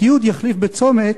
את י' יחליף ב'צומת'